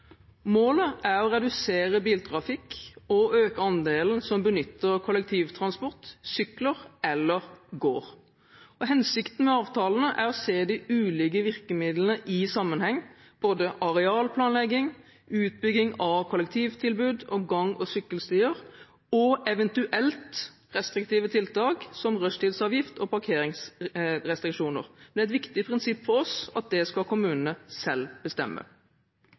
Målet er å redusere biltrafikk og øke andelen som benytter kollektivtransport, sykler eller går. Hensikten med avtalene er å se de ulike virkemidlene i sammenheng, både arealplanlegging, utbygging av kollektivtilbud og gang- og sykkelstier, og eventuelt restriktive tiltak, som rushtidsavgift og parkeringsrestriksjoner. For det er et viktig prinsipp for oss at dette skal kommunene selv bestemme.